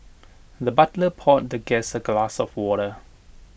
the butler poured the guest A glass of water